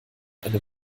eine